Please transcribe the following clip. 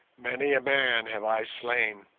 many a man have i slain,